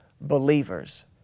believers